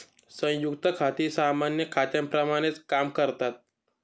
संयुक्त खाती सामान्य खात्यांप्रमाणेच काम करतात